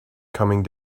coming